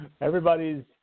everybody's